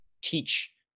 teach